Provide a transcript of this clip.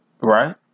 Right